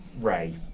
Ray